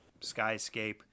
skyscape